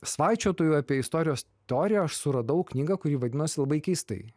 svaičiotojų apie istorijos teoriją aš suradau knygą kuri vadinosi labai keistai